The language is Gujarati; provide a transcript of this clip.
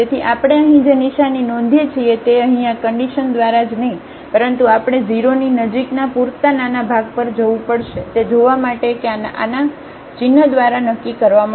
તેથી આપણે અહીં જે નિશાની નોંધીએ છીએ તે અહીં આ કન્ડિશન દ્વારા જ નહીં પરંતુ આપણે 0 ની નજીકના પૂરતા નાના ભાગ પર જવું પડશે તે જોવા માટે કે આ આના ચિન્હ દ્વારા નક્કી કરવામાં આવશે